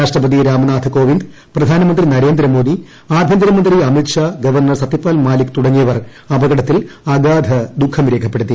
രാഷ്ട്രപതി രാംനാഥ് കോവിന്ദ് പ്രധാനമന്ത്രി നരേന്ദ്രമോദി ആഭ്യന്തരമന്ത്രി അമിത് ഷാ ഗവർണർ സത്യപാൽ മാലിക് തുടങ്ങിയിപ്പർ അപകടത്തിൽ അഗാധ ദുഃഖം രേഖപ്പെടുത്തി